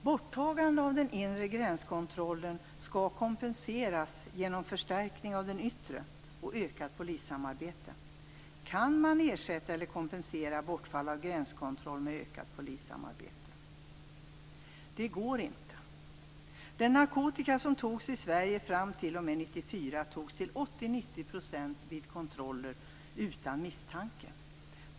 Borttagandet av den inre gränskontrollen skall kompenseras genom förstärkning av den yttre och genom ökat polissamarbete. Kan man ersätta eller kompensera bortfall av gränskontroll med ökat polissamarbete? Det går inte.